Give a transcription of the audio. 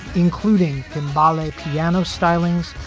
including the m'bala piano stylings,